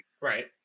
Right